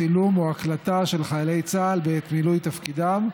צילום או הקלטה של חיילי צה"ל בעת מילוי תפקידם,